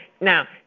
Now